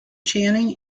channing